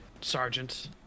sergeant